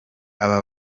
aba